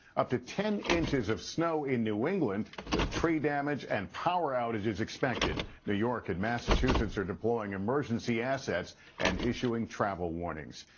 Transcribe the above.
up to ten inches of snow in new england with tree damage and power outages expected new york and massachusetts deploying emergency assets and issuing travel warnings.